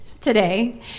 today